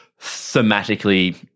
thematically